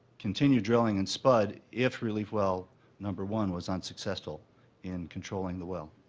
continue drilling and spud, if relief well number one was unsuccessful in controlling the well.